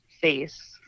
face